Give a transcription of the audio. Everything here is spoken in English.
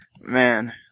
man